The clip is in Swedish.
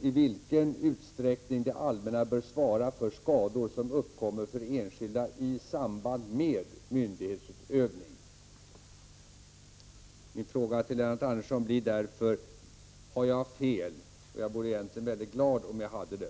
i vilken utsträckning det allmänna bör svara för skador som uppkommer för enskilda i samband med myndighetsutövning”. Min fråga till Lennart Anderson blir: Har jag fel? Jag vore egentligen mycket glad om jag hade det.